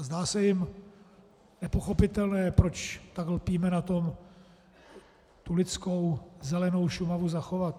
Zdá se jim nepochopitelné, proč tak lpíme na tom tu lidskou zelenou Šumavu zachovat.